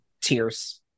Tears